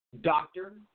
doctor